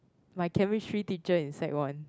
my chemistry teacher in sec one